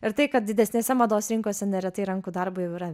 ir tai kad didesnėse mados rinkose neretai rankų darbo jau yra